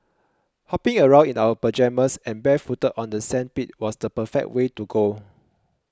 hopping around in our pyjamas and barefooted on the sandpit was the perfect way to go